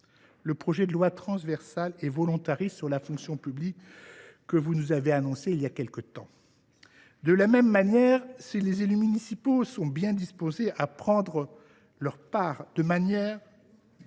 le projet de loi transversal et volontariste sur la fonction publique que vous nous avez annoncé depuis plusieurs mois déjà. De la même manière, si les élus municipaux sont bien disposés à prendre leur part en matière d’augmentation